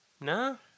No